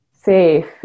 Safe